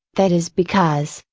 that is because,